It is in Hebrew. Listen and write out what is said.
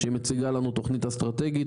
שמציגה לנו תוכנית אסטרטגית,